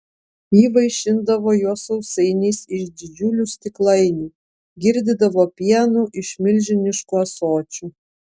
ji vaišindavo juos sausainiais iš didžiulių stiklainių girdydavo pienu iš milžiniškų ąsočių